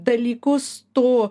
dalykus tu